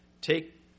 Take